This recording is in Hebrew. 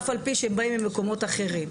אף על פי שהם באים ממקומות אחרים,